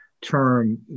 term